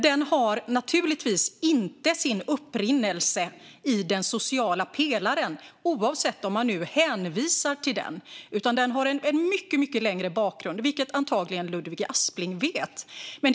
Den har naturligtvis inte sin upprinnelse i den sociala pelaren, oavsett om man hänvisar till den eller inte, utan den har en mycket längre bakgrund, vilket Ludvig Aspling antagligen vet.